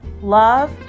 love